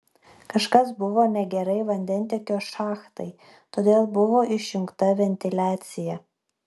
kažkas buvo negerai vandentiekio šachtai todėl buvo išjungta ventiliacija